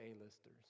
A-listers